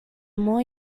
more